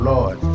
Lord